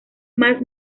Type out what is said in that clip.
más